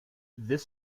this